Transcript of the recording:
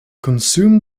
consume